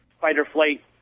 fight-or-flight